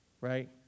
right